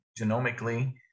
genomically